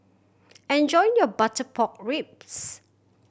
enjoy your butter pork ribs